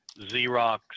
xerox